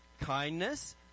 kindness